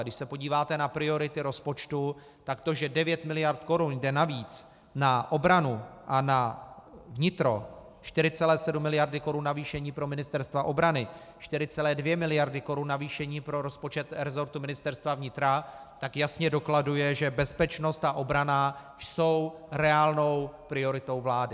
Když se podíváte na priority rozpočtu, tak to, že 9 miliard korun jde navíc na obranu a na vnitro, 4,7 miliardy korun navýšení pro Ministerstvo obrany, 4,2 miliardy korun navýšení pro rozpočet resortu Ministerstva vnitra, tak jasně dokladuje, že bezpečnost a obrana jsou reálnou prioritou vlády.